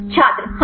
छात्र हाँ